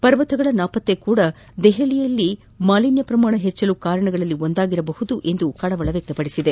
ಪರ್ವತಗಳ ನಾಪತ್ತೆ ಕೂಡಾ ದೆಹಲಿಯಲ್ಲಿ ಮಾಲಿನ್ನ ಪ್ರಮಾಣ ಹೆಚ್ಚಲು ಕಾರಣಗಳಲ್ಲಿ ಒಂದಾಗಿರಬಹುದು ಎಂದು ಪೀಠ ಕಳವಳ ವ್ಚಕ್ತಪಡಿಸಿದೆ